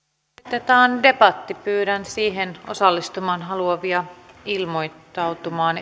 aloitetaan debatti pyydän siihen osallistumaan haluavia ilmoittautumaan